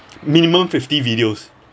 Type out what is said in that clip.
minimum fifty videos